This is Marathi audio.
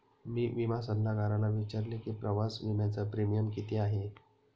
मी विमा सल्लागाराला विचारले की प्रवास विम्याचा प्रीमियम किती आहे?